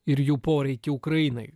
ir jų poreikį ukrainai